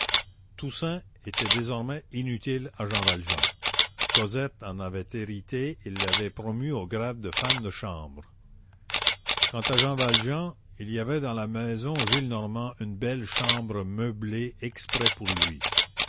toussaint était désormais inutile à jean valjean cosette en avait hérité et l'avait promue au grade de femme de chambre quant à jean valjean il y avait dans la maison gillenormand une belle chambre meublée exprès pour lui